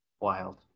Wild